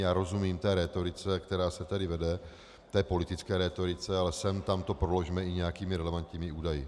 Já rozumím té rétorice, která se tady vede, té politické rétorice, ale sem tam to proložme i nějakými relevantními údaji.